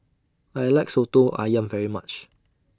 I like Soto Ayam very much